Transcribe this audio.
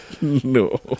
no